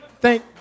Thank